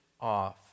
off